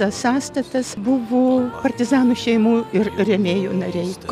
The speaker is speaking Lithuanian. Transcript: tas sąstatas buvo partizanų šeimų ir rėmėjų nariai